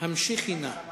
המשיכי נא.